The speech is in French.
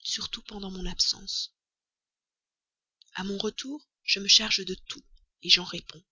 surtout pendant mon absence a mon retour je me charge de tout j'en réponds